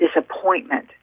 disappointment